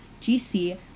GC